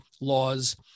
laws